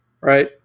right